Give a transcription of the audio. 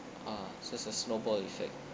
uh so it's a snowball effect